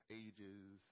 ages